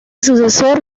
sucesor